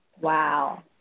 Wow